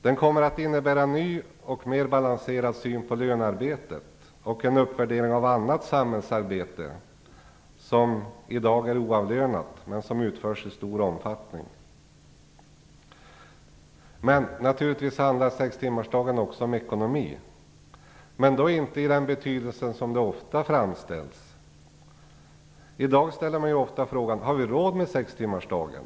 Den kommer att innebära en ny och mer balanserad syn på lönearbetet och en uppvärdering av annat samhällsarbete, i uppgifter som i dag är oavlönade men som utförs i stor omfattning. Naturligtvis handlar sextimmarsdagen också om ekonomi, men inte om ekonomi i den betydelse som man då ofta utgått från. I dag ställer man ofta frågan: Har vi råd med sextimmarsdagen?